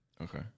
okay